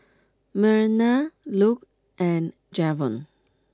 Myrna Luc and Javon